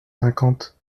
cinquante